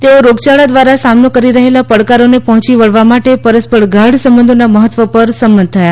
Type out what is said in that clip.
તેઓ રોગયાળા દ્વારા સામનો કરી રહેલા પડકારોને પહોચી વળવા માટે પરસ્પર ગાઢ સંબંધોના મહત્વ પર સંમત થયા